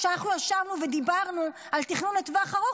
כשאנחנו ישבנו ודיברנו על תכנון לטווח ארוך,